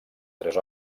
tres